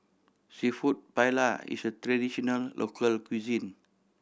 Seafood Paella is a traditional local cuisine